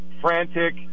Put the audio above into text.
frantic